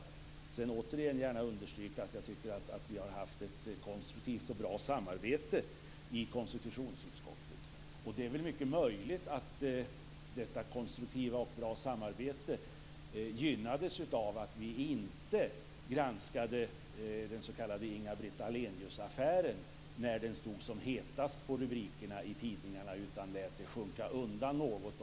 Sedan vill jag återigen gärna understryka att jag tycker att vi har haft ett konstruktivt och bra samarbete i konstitutionsutskottet. Det är väl mycket möjligt att detta konstruktiva och bra samarbete gynnades av att vi inte granskade den s.k. Inga-Britt Ahleniusaffären när den stod som hetast på rubrikerna i tidningarna utan lät den sjunka undan något.